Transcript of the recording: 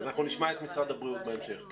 אנחנו נשמע את משרד הבריאות בהמשך.